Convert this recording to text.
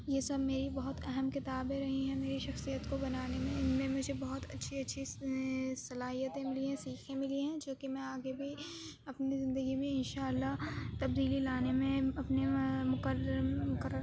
یہ سب میری بہت اہم کتابیں رہی ہیں میری شخصیت کو بنانے میں اِن میں مجھے بہت اچھی اچھی صلاحیتیں ملی ہیں سیکھیں ملی ہیں جوکہ میں آگے بھی اپنی زندگی میں اِنشاء اللہ تبدیلی لانے میں اپنے میں مقرر مقرر